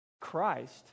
Christ